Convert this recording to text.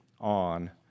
on